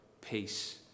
peace